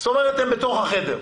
זאת אומרת הם בתוך החדר.